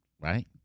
right